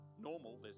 normal